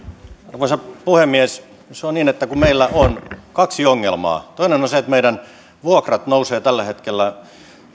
arvoisa puhemies on niin että meillä on kaksi ongelmaa toinen on se että meillä vuokrat nousevat tällä hetkellä